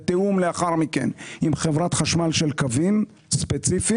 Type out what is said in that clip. בתיאום לאחר מכן עם חברת החשמל של קווים ספציפיים.